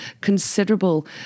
considerable